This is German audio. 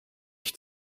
ich